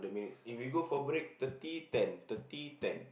if we go for break thirty ten thirty ten